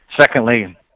Secondly